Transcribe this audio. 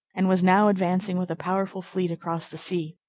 and was now advancing with a powerful fleet across the sea.